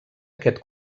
aquest